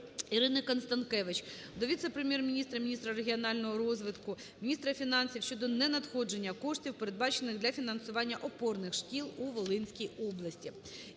Ірини Констанкевич до віце-прем’єр-міністра – міністра регіонального розвитку, міністра фінансів щодо ненадходження коштів, передбачених для фінансування опорних шкіл уВолинській області.